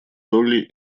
долли